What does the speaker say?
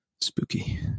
Spooky